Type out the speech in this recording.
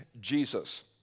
Jesus